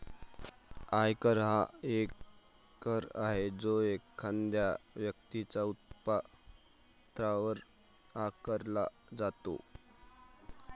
आयकर हा एक कर आहे जो एखाद्या व्यक्तीच्या उत्पन्नावर आकारला जातो